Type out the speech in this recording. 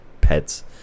pets